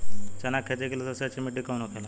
चना की खेती के लिए सबसे अच्छी मिट्टी कौन होखे ला?